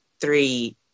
three